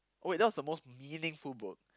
oh wait that was the most meaningful book